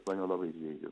mane labai žeidžia